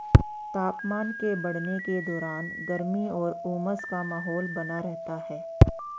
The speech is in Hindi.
तापमान के बढ़ने के दौरान गर्मी और उमस का माहौल बना रहता है